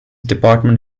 department